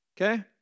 okay